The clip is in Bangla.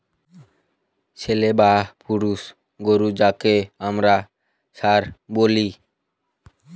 ছেলে বা পুরুষ গোরু যাকে আমরা ষাঁড় বলি